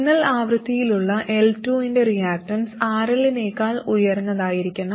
signal ആവൃത്തിയിലുള്ള L2 ന്റെ reactance RL നെക്കാൾ ഉയർന്നതായിരിക്കണം